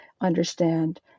understand